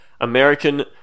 American